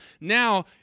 now